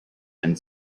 and